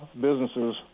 businesses